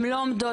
הן לא עומדות,